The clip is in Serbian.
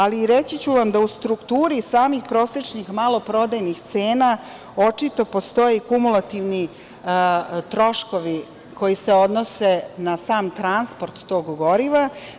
Ali, reći ću vam da u strukturi samih prosečnih maloprodajnih cena očito postoje kumulativni troškovi koji se odnose na sam transport tog goriva.